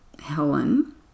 Helen